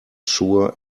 sure